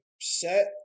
set